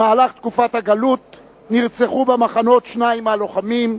בתקופת הגלות נרצחו במחנות שניים מהלוחמים,